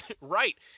right